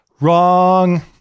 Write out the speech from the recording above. Wrong